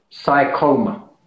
psychoma